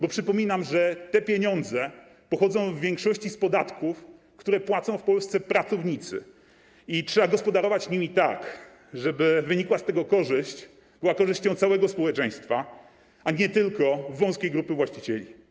Bo przypominam, że te pieniądze pochodzą w większości z podatków, które płacą w Polsce pracownicy, i trzeba gospodarować nimi tak, żeby wynikła z tego korzyść była korzyścią całego społeczeństwa, a nie tylko wąskiej grupy właścicieli.